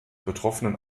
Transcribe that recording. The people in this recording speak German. betroffenen